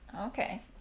okay